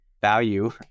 value